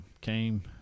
came